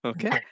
Okay